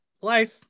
Life